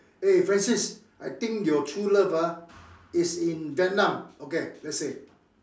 eh Francis I think your true love ah is in Vietnam okay let's say